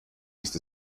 ist